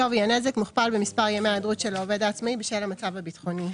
שווי הנזק מוכפל במספר ימי ההיעדרות של העובד העצמאי בשל המצב הביטחוני,